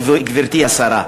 גברתי השרה,